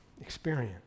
experience